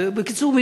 בקיצור,